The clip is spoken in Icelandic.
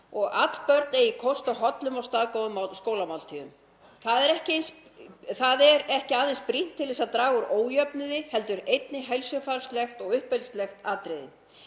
að öll börn eigi kost á hollum og staðgóðum skólamáltíðum. Það er ekki aðeins brýnt til að draga úr ójöfnuði heldur einnig heilsufarslegt og uppeldislegt atriði.